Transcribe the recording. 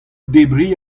debriñ